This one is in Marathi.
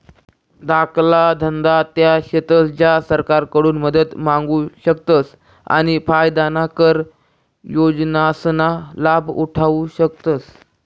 धाकला धंदा त्या शेतस ज्या सरकारकडून मदत मांगू शकतस आणि फायदाना कर योजनासना लाभ उठावु शकतस